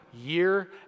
year